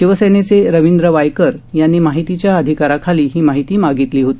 शिवसेनेचे रवींद्र वायकर यांनी माहितीच्या अधिकाराखाली ही माहिती मागितली होती